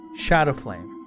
Shadowflame